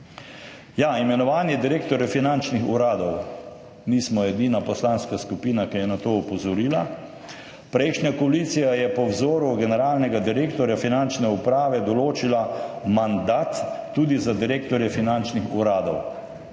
Imenovanje direktorjev finančnih uradov – nismo edina poslanska skupina, ki je na to opozorila. Prejšnja koalicija je po vzoru generalnega direktorja Finančne uprave določila mandat tudi za direktorje finančnih uradov.